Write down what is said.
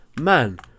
man